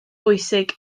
bwysig